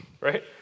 Right